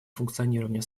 функционирования